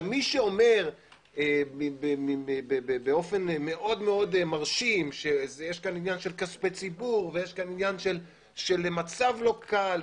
מי שאומר באופן מאוד מרשים שיש פה עניין של כספי ציבור ושל מצב לא קל,